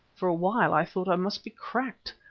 for a while i thought i must be cracked.